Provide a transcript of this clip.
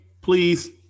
please